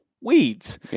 weeds